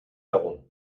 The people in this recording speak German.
herum